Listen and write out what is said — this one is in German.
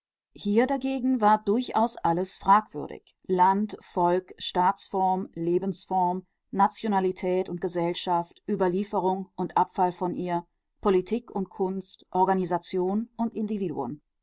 hier dagegen war durchaus alles fragwürdig land volk staatsform lebensform nationalität und gesellschaft überlieferung und abfall von ihr politik und kunst organisation und individuen